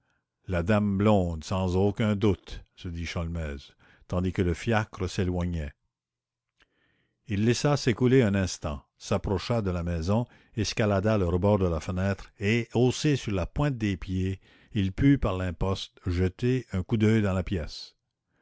la dame blonde sans aucun doute se dit sholmès tandis que le fiacre s'éloignait il laissa s'écouler un instant s'approcha de la maison escalada le rebord de la fenêtre et haussé sur la pointe des pieds il put par l'imposte jeter un coup d'œil dans la pièce